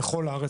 בכל הארץ,